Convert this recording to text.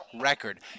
record